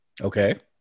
Okay